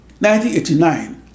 1989